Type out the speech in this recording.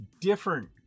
different